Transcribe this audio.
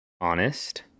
Honest